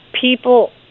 People